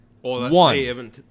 One